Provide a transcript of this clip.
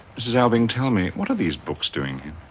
mrs. alving, tell me, what are these books doing here?